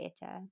better